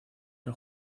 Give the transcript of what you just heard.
que